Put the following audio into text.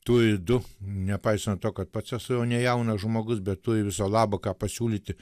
tuoj du nepaisant to kad pats esu jau nejaunas žmogus bet turi viso labo ką pasiūlyti